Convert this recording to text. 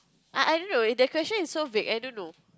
I I don't know the question is so vague I don't know